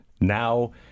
now